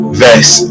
verse